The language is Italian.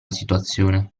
situazione